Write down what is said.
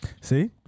See